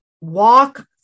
Walk